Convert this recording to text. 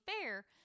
fair